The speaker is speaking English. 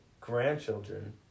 grandchildren